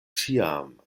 ĉiam